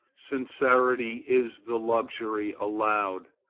sincerity is the luxury allowed,